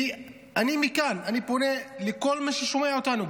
אני פונה מכאן לכל מי ששומע אותנו,